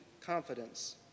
confidence